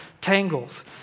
tangles